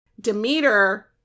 Demeter